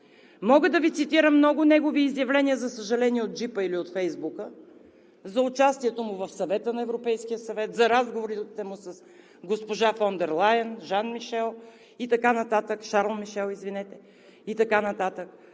Мога да Ви цитирам много негови изявления, за съжаление, от джипа или от Фейсбук за участието му в Съвета на Европейския съюз, за разговорите му с госпожа фон дер Лайен, Шарл Мишел и така нататък, с всички лидери в